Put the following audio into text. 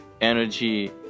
energy